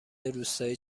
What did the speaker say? روستایی